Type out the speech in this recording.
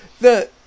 the-